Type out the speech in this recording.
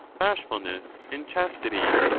bashfulness, and chastity